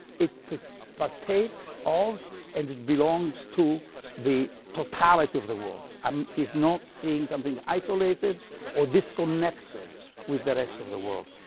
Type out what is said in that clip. it partakes of and it belongs to the totality of the world. um he's not seeing something isolated or disconnected with the rest of the world.